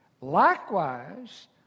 Likewise